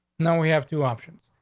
now, we have two options.